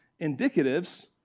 indicatives